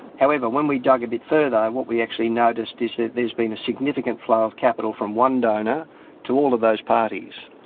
however, when we dug a bit further, what we actually noticed is that there has been a significant flow of capital from one donor to all of those parties.